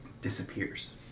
disappears